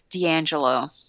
D'Angelo